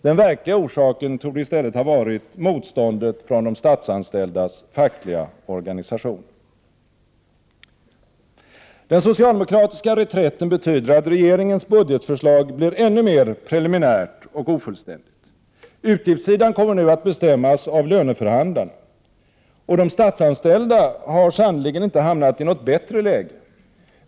Den verkliga orsaken torde i stället ha varit motståndet från de statsanställdas fackliga organisationer. Den socialdemokratiska reträtten betyder att regeringens budgetförslag blir ännu mer preliminärt och ofullständigt. Utgiftssidan kommer nu att bestämmas av löneförhandlarna. Och de statsanställda har sannerligen inte hamnat i något bättre läge.